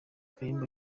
kayumba